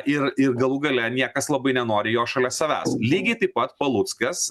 ir ir galų gale niekas labai nenori jo šalia savęs lygiai taip pat paluckas